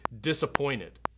disappointed